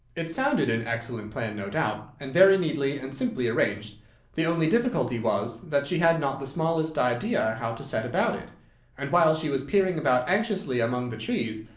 it sounded an excellent plan, no doubt, and very neatly and simply arranged the only difficulty was, that she had not the smallest idea how to set about it and, while she was peering about anxiously among the trees,